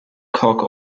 koch